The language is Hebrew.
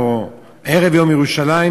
או ערב יום ירושלים,